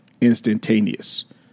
Instantaneous